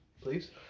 Please